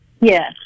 yes